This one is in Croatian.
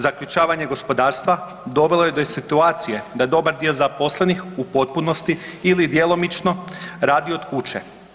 Zaključavanje gospodarstva dovelo je do situacije da dobar dio zaposlenih u potpunosti ili djelomično radi od kuće.